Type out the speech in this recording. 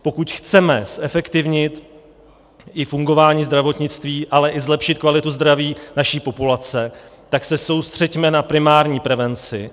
Pokud chceme zefektivnit i fungování zdravotnictví, ale i zlepšit kvalitu zdraví naší populace, tak se soustřeďme na primární prevenci.